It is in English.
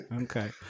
Okay